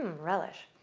relish.